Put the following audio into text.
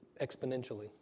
exponentially